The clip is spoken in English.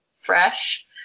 fresh